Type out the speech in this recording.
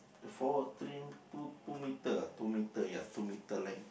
the three~ two two metre ah two metre ya two metre length